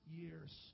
years